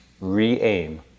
re-aim